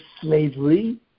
slavery